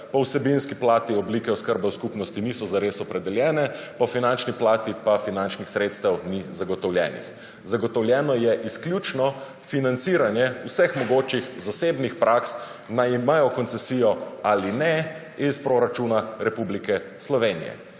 po vsebinski plati oblike oskrbe v skupnosti niso zares opredeljene, po finančni plati pa finančna sredstva niso zagotovljena. Zagotovljeno je izključno financiranje vseh mogočih zasebnih praks, naj imajo koncesijo ali ne, iz proračuna Republike Slovenije,